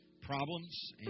problems